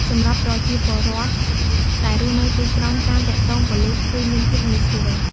សម្រាប់ប្រជាពលរដ្ឋដែលរស់នៅទីក្រុង ការទាក់ទងប៉ូលិសគឺមានភាពងាយស្រួល។